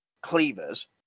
cleavers